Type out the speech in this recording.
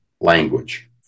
Language